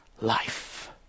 Life